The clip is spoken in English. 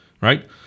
right